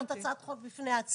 זה צריך להיות הצעת חוק בפני עצמה,